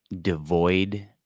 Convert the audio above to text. devoid